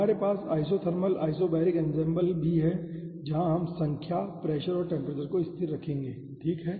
हमारे पास isothermal isobaric ensemble भी है यहाँ हम संख्या प्रेशर और टेम्परेचर को स्थिर रखेंगे ठीक है